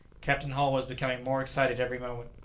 captain hull was becoming more excited every moment.